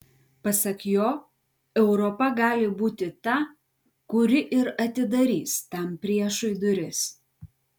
pasak jo europa gali būti ta kuri ir atidarys tam priešui duris